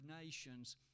nations